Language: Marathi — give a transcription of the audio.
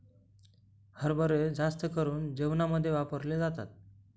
हरभरे जास्त करून जेवणामध्ये वापरले जातात